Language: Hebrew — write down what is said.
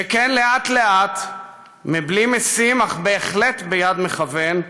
שכן לאט-לאט, מבלי משים אך בהחלט ביד מכוון,